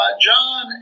John